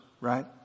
right